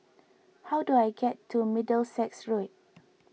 how do I get to Middlesex Road